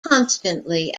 constantly